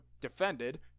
defended